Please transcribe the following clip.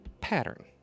pattern